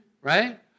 right